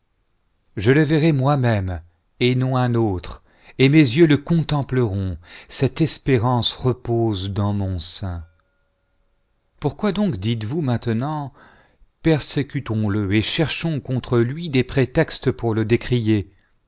je le verrai moi-même et non un autre et mes yeux le contempleront cette espérance repose dans mon sein pourquoi donc dites-vous maintenant persécutons le et cherchons contre lui des prétextes pour le dé'rier